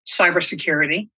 cybersecurity